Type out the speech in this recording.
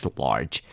large